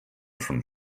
from